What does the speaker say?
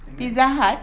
nex